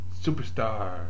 superstar